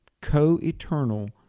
co-eternal